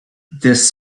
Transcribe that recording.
this